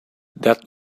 that